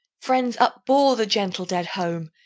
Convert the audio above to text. friends upbore the gentle dead home,